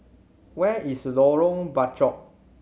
where is Lorong Bachok